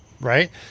Right